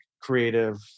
creative